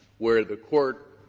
where the court,